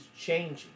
changing